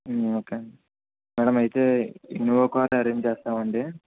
okay అండి madam అయితే Innova car arrange చేస్తామండి